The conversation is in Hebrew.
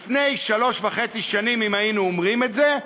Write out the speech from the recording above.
לפני שלוש שנים וחצי אם היינו אומרים את זה,